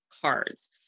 cards